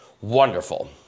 Wonderful